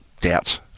doubts